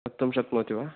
वक्तुं शक्नोति वा